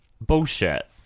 Bullshit